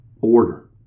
order